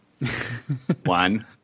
One